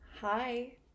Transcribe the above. Hi